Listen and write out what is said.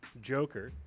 Joker